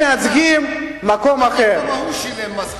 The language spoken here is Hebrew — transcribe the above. שהם, אני לפחות שילמתי מס הכנסה, שנה.